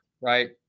Right